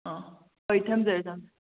ꯑꯣ ꯍꯣꯏ ꯊꯝꯖꯔꯦ ꯊꯝꯖꯔꯦ